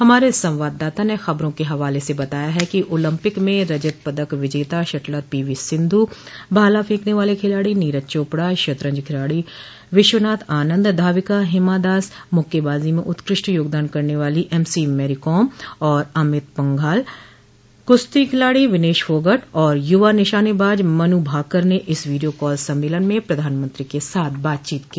हमारे संवाददाता ने खबरों के हवाले से बताया है कि ओलंपिक में रजत पदक विजेता शटलर पीवी सिंधु भाला फेंकने वाले खिलाडी नोरज चोपडा शतरंज खिलाडी विश्वनाथ आनंद धाविका हिमादास मुक्केबाजी में उत्कृष्ट योगदान करने वाली एमसी मैरीकॉम और अमित पंघाल क्श्ती खिलाडी विनेश फोगट और युवा निशानेबाज मनु भाकर ने इस वीडियो कॉल सम्मेलन म प्रधानमंत्री के साथ बातचीत की